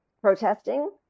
protesting